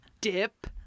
dip